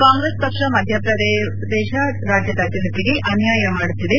ಕಾಂಗ್ರೆಸ್ ಪಕ್ಷ ಮಧ್ಯಪ್ರದೇಶ ರಾಜ್ಯದ ಜನತೆಗೆ ಅನ್ವಾಯ ಮಾಡುತ್ತಿದೆ